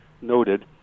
noted